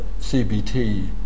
CBT